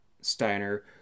Steiner